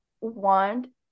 want